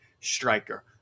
striker